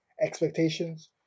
expectations